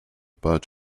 but